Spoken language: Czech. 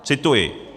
Cituji: